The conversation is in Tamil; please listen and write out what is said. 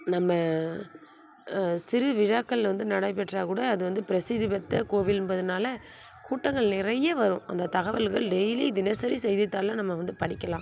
நம்ம சிறு விழாக்கள் வந்து நடைபெற்றால் கூட அது வந்து பிரசித்தி பெத்த கோவில் என்பதுனால் கூட்டங்கள் நிறைய வரும் அந்த தகவல்கள் டெய்லி தினசரி செய்தித்தாளில் நம்ம வந்து படிக்கலாம்